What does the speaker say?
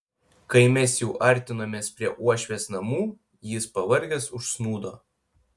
kai mes jau artinomės prie uošvės namų jis pavargęs užsnūdo